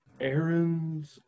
Errands